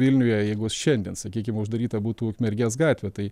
vilniuje jeigu šiandien sakykime uždaryta būtų ukmergės gatvė tai